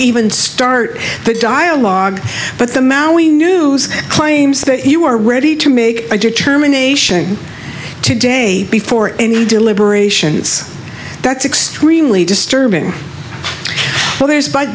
even start the dialogue but the maoi new claims that you are ready to make a determination to day before any deliberations that's extremely disturbing b